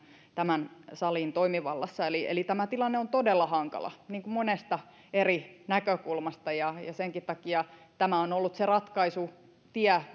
tämän salin toimivallassa eli eli tämä tilanne on todella hankala monesta eri näkökulmasta ja senkin takia tämä on ollut se ratkaisutie